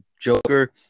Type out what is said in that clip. joker